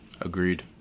Agreed